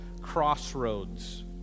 crossroads